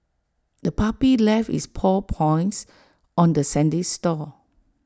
the puppy left its paw points on the sandy store